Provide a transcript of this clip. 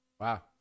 Wow